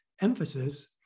emphasis